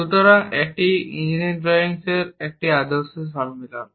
সুতরাং এটি engineering drawing এর একটি আদর্শ সম্মেলন